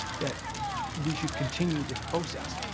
that we should continue this process,